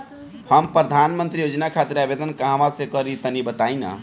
हम प्रधनमंत्री योजना खातिर आवेदन कहवा से करि तनि बताईं?